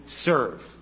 serve